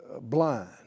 blind